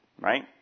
right